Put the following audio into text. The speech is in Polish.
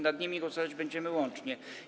Nad nimi głosować będziemy łącznie.